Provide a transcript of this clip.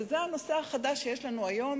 וזה הנושא החדש שיש לנו היום,